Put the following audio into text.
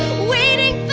waiting